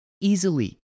easily